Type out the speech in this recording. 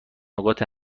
نقاط